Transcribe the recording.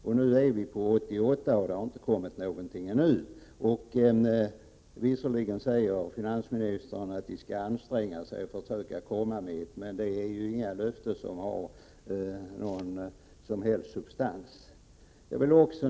Nu är det 1988, och ännu har det inte kommit någonting. Visserligen säger finansministern att regeringen skall anstränga sig och försöka komma med förslag, men det är ett löfte utan någon som helst substans.